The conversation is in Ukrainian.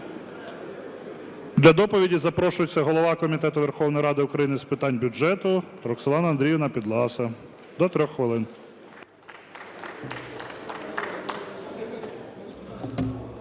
Для доповіді запрошується голова Комітету Верховної Ради України з питань бюджету Роксолана Андріївна Підласа – до 3 хвилин.